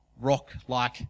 rock-like